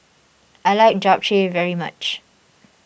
I like Japchae very much